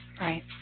right